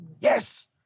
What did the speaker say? Yes